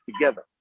together